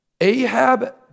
Ahab